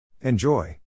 Enjoy